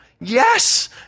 Yes